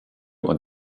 und